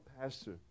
pastor